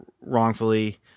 wrongfully